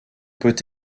peut